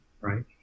right